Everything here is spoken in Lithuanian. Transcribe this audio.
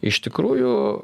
iš tikrųjų